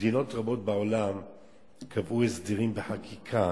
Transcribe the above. מדינות רבות בעולם קבעו הסדרים בחקיקה